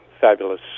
fabulous